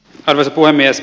arvoisa puhemies